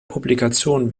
publikation